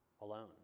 alone